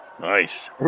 Nice